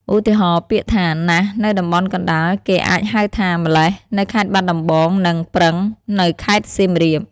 ឧទាហរណ៍ ពាក្យថា "ណាស់" នៅតំបន់កណ្តាល គេអាចហៅថា "ម៉្លេះ" នៅខេត្តបាត់ដំបង និង "ប្រឹង" នៅខេត្តសៀមរាប។